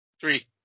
Three